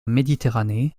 méditerranée